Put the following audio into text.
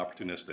opportunistic